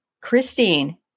Christine